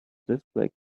display